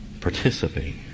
Participate